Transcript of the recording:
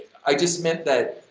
i just meant that,